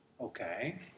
Okay